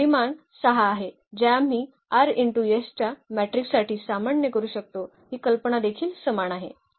तर परिमाण 6 आहे जे आम्ही च्या मॅट्रिकसाठी सामान्य करू शकतो ही कल्पना देखील समान आहे